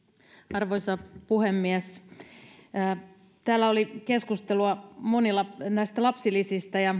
arvoisa puhemies täällä oli monilla keskustelua näistä lapsilisistä ja